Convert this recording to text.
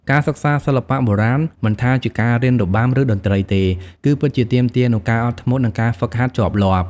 ការសិក្សាសិល្បៈបុរាណ មិនថាជាការរៀនរបាំ ឬតន្ត្រីទេ គឺពិតជាទាមទារនូវ ការអត់ធ្មត់ និងការហ្វឹកហាត់ជាប់លាប់។